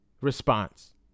response